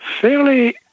fairly